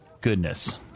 goodness